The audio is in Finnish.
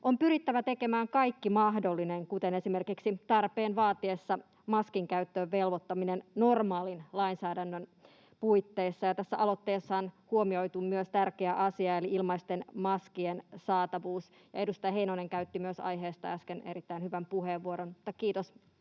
on pyrittävä tekemään kaikki mahdollinen, kuten esimerkiksi tarpeen vaatiessa maskin käyttöön velvoittaminen, normaalin lainsäädännön puitteissa. Tässä aloitteessa on huomioitu myös tärkeä asia eli ilmaisten maskien saatavuus. Myös edustaja Heinonen käytti aiheesta äsken erittäin hyvän puheenvuoron. Kiitos